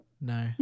No